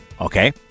Okay